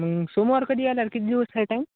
मग सोमवार कधी यायला किती दिवस आहे टाईम